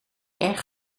erg